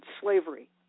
slavery